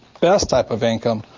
best type of income,